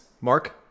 Mark